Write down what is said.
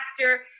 actor